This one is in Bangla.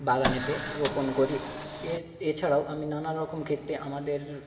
বাগানেতে রোপণ করি এর এছাড়াও আমি নানারকম ক্ষেত্রে আমাদের